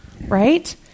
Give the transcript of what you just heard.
right